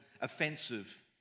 offensive